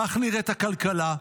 כך נראית הכלכלה,